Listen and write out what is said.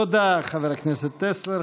תודה, חבר הכנסת טסלר.